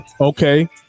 Okay